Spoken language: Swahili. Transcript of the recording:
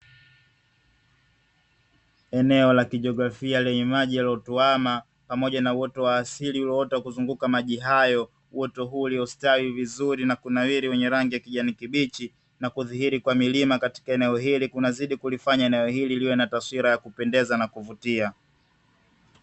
Eneo la kijiografia lenye maji yaliyotuama, pamoja na uoto wa asili ulioota kuzunguka maji hayo. Uoto huo uliostawi vizuri na kunawiri wenye rangi ya kijani kibichi, na kudhihirisha milima katika eneo hili, kunazidi kulifanya eneo hili liwe na taswira ya kupendeza na kuvutia.